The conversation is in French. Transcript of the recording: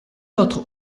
l’autre